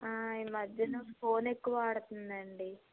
ఈ మధ్య ఫోను ఎక్కువ వాడుతుందండి